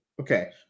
Okay